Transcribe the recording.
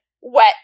wet